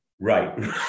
Right